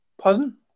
Pardon